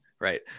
Right